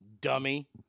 dummy